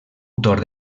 autor